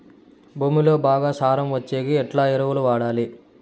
భూమిలో బాగా సారం వచ్చేకి ఎట్లా ఎరువులు వాడాలి?